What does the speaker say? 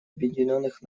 объединенных